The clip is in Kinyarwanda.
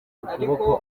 ukuboko